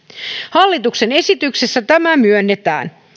hallituksen esityksessä tämä myönnetään